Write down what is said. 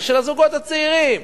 זה של הזוגות הצעירים.